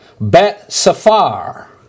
Bet-Safar